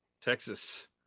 Texas